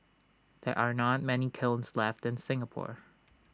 there are not many kilns left in Singapore